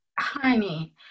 honey